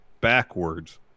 backwards